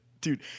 dude